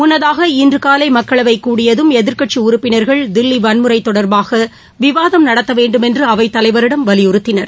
முன்னதாக இன்று காலை மக்களவை கடியதும் எதிர்க்கட்சி உறுப்பினர்கள் தில்லி வன்முறை தொடர்பாக விவாதம் நடத்த வேண்டுமென்று அவைத்தலைவரிடம் வலியுறுத்தினர்